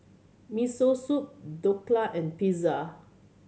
Miso Soup Dhokla and Pizza